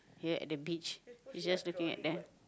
ya at the beach he's just looking at there